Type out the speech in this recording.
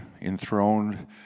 enthroned